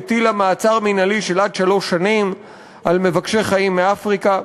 הטילה מעצר מינהלי של עד שלוש שנים על מבקשי חיים מאפריקה.